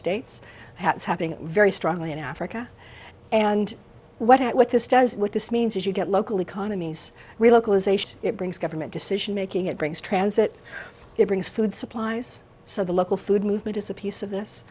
states has happening very strongly in africa and what this does what this means is you get local economies relocalization it brings government decision making it brings transit it brings food supplies so the local food movement is a piece of this